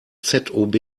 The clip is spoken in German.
zob